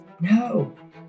No